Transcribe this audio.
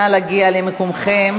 נא להגיע למקומותיכם.